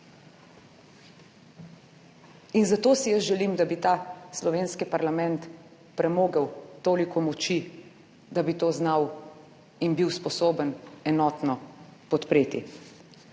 In zato si jaz želim, da bi ta slovenski parlament premogel toliko moči, da bi to znal in bil sposoben enotno podpreti.